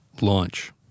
Launch